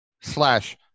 slash